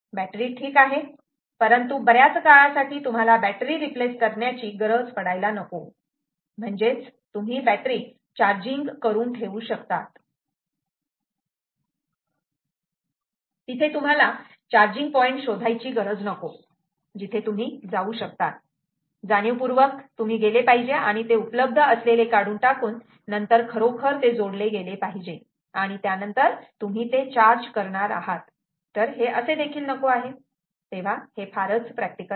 battery ठीक आहे परंतु बऱ्याच काळासाठी तुम्हाला बॅटरी रिप्लेस करण्याची गरज पडायला नको म्हणजेच तुम्ही बॅटरी चार्जिंग करून ठेवू शकतात तिथे तुम्हाला चार्जिंग पॉइंट शोधायची गरज नको जिथे तुम्ही जाऊ शकतात जाणीवपूर्वक तुम्ही गेले पाहिजे आणि ते उपलब्ध असलेले काढून टाकून नंतर खरोखर ते जोडले पाहिजे आणि त्यानंतर तुम्ही ते चार्ज करणार आहात तर हे देखील असे नको आहे हे फारच प्रॅक्टिकल आहे